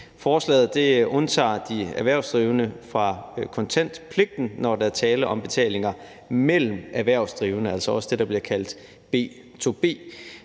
Forslaget undtager de erhvervsdrivende fra kontantpligten, når der er tale om betalinger mellem erhvervsdrivende, altså det, der også bliver kaldt